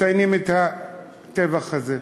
מציינים את הטבח הזה.